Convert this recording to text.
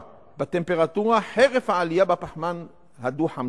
בטמפרטורה חרף העלייה בפחמן הדו-חמצני.